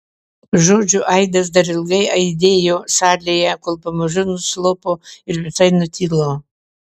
žodžių aidas dar ilgai aidėjo salėje kol pamažu nuslopo ir visai nutilo